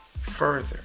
further